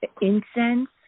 incense